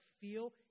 feel